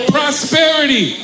Prosperity